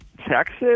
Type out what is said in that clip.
Texas